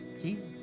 Jesus